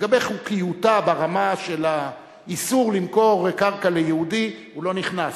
לגבי חוקיותה ברמה של האיסור למכור קרקע ליהודי הוא לא נכנס.